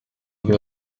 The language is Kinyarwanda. bwo